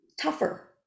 tougher